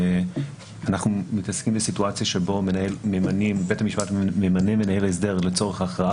אנחנו מתעסקים בסיטואציה בה מנהל הסדר לצורך הכרעה